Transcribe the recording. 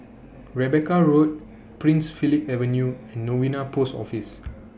Rebecca Road Prince Philip Avenue and Novena Post Office